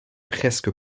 presque